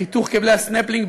חיתוך כבלי הסנפלינג,